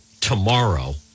tomorrow